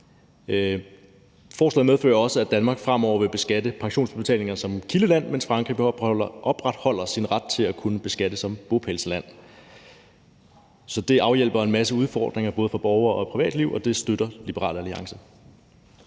Forslaget medfører også, at Danmark fremover vil beskatte pensionsudbetalinger som kildeland, mens Frankrig opretholder sin ret til at kunne beskatte som bopælsland. Så det afhjælper en masse udfordringer, både for borgere og det private erhvervsliv, og det støtter Liberal Alliance.